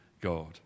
God